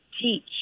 teach